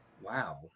Wow